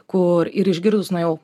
kur ir išgirdus na jau